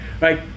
Right